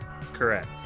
Correct